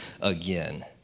again